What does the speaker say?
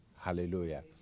Hallelujah